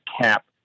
cap